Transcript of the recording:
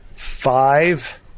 Five